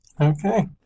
Okay